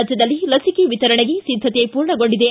ರಾಜ್ಞದಲ್ಲಿ ಲಸಿಕೆ ವಿತರಣೆಗೆ ಸಿದ್ದತೆ ಪೂರ್ಣಗೊಂಡಿದೆ